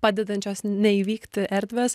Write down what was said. padedančios neįvykti erdvės